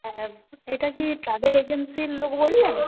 হ্যাঁ এটা কি ট্রাভেল এজেন্সির লোক বলছেন